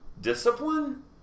discipline